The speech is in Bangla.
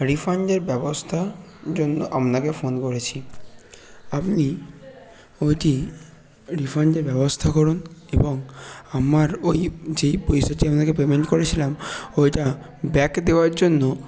রিফান্ডের ব্যবস্থা জন্য আপনাকে ফোন করেছি আপনি ওটি রিফান্ডের ব্যবস্থা করুন এবং আমার ওই যেই পয়সাটি আপনাকে পেমেন্ট করেছিলাম ওইটা ব্যাক দেওয়ার জন্য